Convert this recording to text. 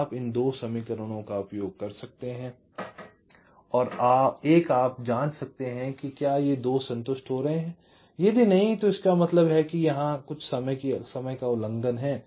तो आप इन 2 समीकरणों का उपयोग कर सकते हैं और एक आप जांच सकते हैं कि क्या ये 2 संतुष्ट हो रहे हैं यदि नहीं तो इसका मतलब है कि कुछ समय का उल्लंघन है